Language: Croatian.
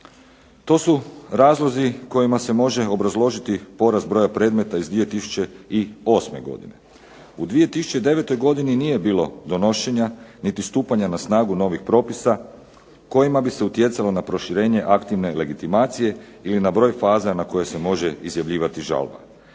To su razlozi kojima se može obrazložiti porast broja predmeta iz 2008. godine. U 2009. godini nije bilo donošenja niti stupanja na snagu novih propisa kojima bi se utjecalo na proširenje aktivne legitimacije ili na broj faza na koje se može izjavljivati žalba.